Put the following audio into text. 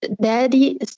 daddy